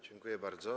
Dziękuję bardzo.